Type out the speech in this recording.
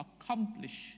accomplish